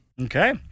Okay